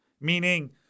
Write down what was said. meaning